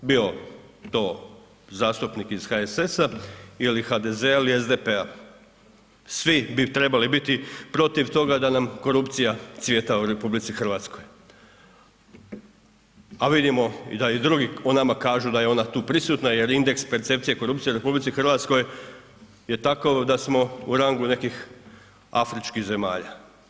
Bio to zastupnik iz HSS-a ili HDZ-a ili SDP-a. svi bi trebali protiv toga da nam korupcija cvjeta u RH a vidimo da i drugi o nama kažu da je ona tu prisutna jer indeks percepcije korupcije u RH je takav da smo u rangu nekih afričkih zemalja.